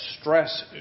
stress